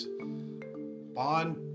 Bond